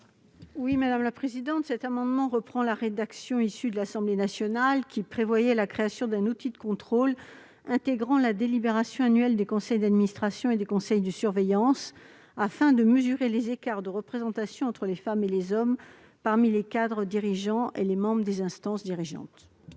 à Mme Laurence Cohen. Cet amendement vise à rétablir la rédaction issue de l'Assemblée nationale qui prévoyait la création d'un outil de contrôle intégrant la délibération annuelle des conseils d'administration et des conseils de surveillance, afin de mesurer les écarts de représentation entre les femmes et les hommes parmi les cadres dirigeants et les membres des instances dirigeantes.